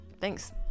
Thanks